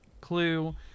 clue